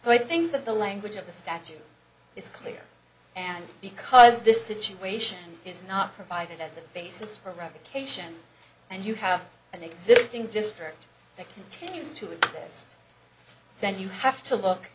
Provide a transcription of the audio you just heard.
so i think that the language of the statute is clear and because this situation is not provided as a basis for revocation and you have an existing district that continues to this then you have to look